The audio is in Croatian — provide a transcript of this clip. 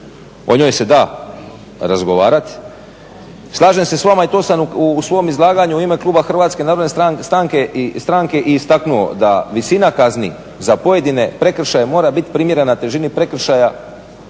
o njoj se da razgovarati. Slažem se s vama i to sam u svom izlaganju u ime Kluba HNS-a i istaknuo da visina kazni za pojedine prekršaje mora biti primjerena težini prekršaja